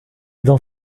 dans